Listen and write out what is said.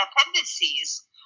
appendices